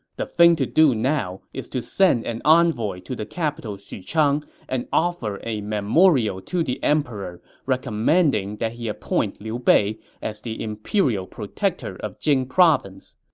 the thing to do now is to send an envoy to the capital xuchang and offer a memorial to the emperor recommending that he appoint liu bei as imperial protector of jing province.